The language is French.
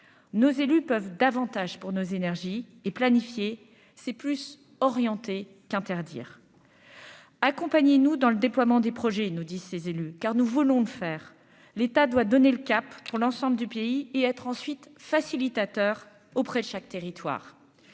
nos élus peuvent davantage pour nos énergies et planifié c'est plus orientée qu'interdire accompagné nous dans le déploiement des projets nous dit ces élus car nous voulons faire, l'État doit donner le cap sur l'ensemble du pays, et être ensuite facilitateurs auprès de chaque territoire,